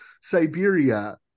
siberia